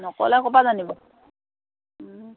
নক'লে ক'ৰপৰা জানিব